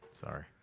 sorry